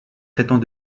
traitant